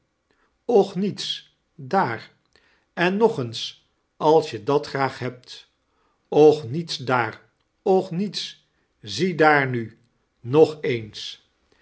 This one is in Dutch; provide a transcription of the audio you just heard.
niets daar en nog eens als je dat graag hebt och niets daar och niets ziedaar nu nog eens